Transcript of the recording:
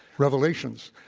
revelations.